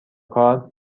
کار